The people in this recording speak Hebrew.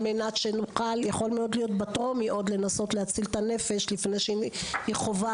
על מנת שנוכל לנסות להציל את הנפש לפני שהיא חווה